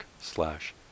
slash